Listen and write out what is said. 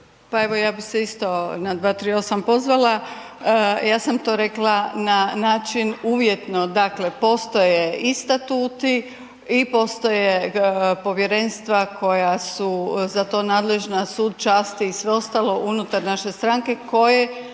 Pa evo ja bih se isto na 238. pozvala, ja sam to rekla na način uvjetno, dakle postoje i statuti i postoje povjerenstva koja su za to nadležno, sud časti i sve ostalo unutar naše stranke koji